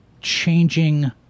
changing